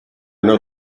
know